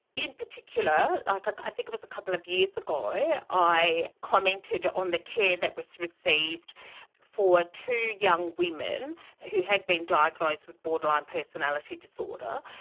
in particular like i think it was a couple of years ago i i commented on the care that was received for two young women who had been diagnosed with borderline personality disorder.